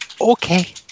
Okay